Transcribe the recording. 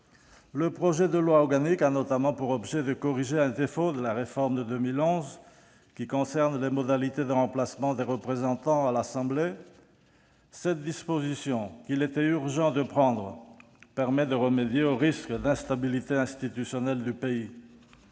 Le projet de loi organique a notamment pour objet de corriger un défaut de la réforme de 2011, relatif aux modalités de remplacement des représentants à l'assemblée de la Polynésie française. Cette disposition, qu'il était urgent de prendre, permet de remédier au risque d'instabilité institutionnelle du pays.